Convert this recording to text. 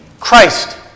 Christ